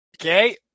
Okay